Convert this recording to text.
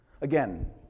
Again